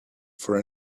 for